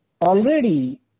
already